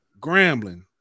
Grambling